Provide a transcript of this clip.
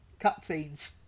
cutscenes